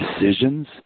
decisions